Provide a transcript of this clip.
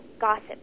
gossip